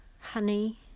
honey